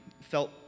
felt